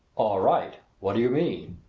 all right? what do you mean?